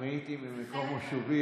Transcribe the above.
אם הייתי ממקום מושבי,